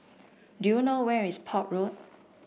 do you know where is Port Road